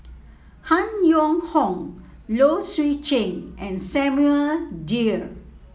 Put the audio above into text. Han Yong Hong Low Swee Chen and Samuel Dyer